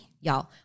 y'all